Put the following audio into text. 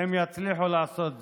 הם יצליחו לעשות זאת.